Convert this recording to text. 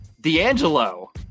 D'Angelo